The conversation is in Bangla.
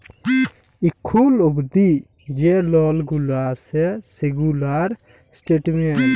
এখুল অবদি যে লল গুলা আসে সেগুলার স্টেটমেন্ট